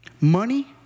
money